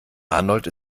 arnold